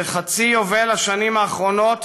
בחצי יובל השנים האחרונות